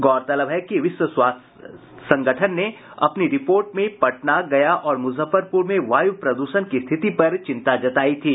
गौरतलब है कि विश्व स्वास्थ्य संगठन ने अपनी रिपोर्ट में पटना गया और मुजफ्फरपुर में वायु प्रदूषण की स्थिति पर चिंता जतायी थी